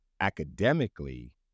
academically